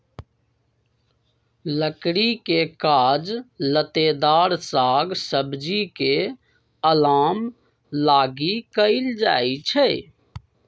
लकड़ी के काज लत्तेदार साग सब्जी के अलाम लागी कएल जाइ छइ